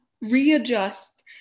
readjust